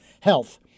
Health